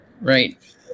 right